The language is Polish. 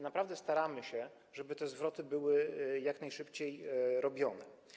Naprawdę staramy się, żeby te zwroty były jak najszybciej robione.